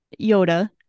Yoda